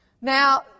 Now